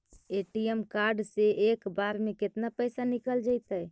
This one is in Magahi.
ए.टी.एम कार्ड से एक बार में केतना पैसा निकल जइतै?